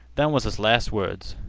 them was his last words.